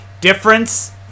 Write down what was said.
difference